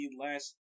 last